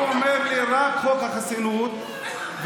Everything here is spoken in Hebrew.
הוא אומר לי: רק חוק החסינות וההתגברות,